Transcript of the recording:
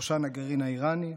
ובראשן הגרעין האיראני,